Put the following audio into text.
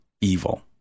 evil